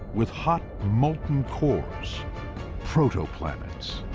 with hot molten cores protoplanets.